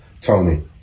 Tony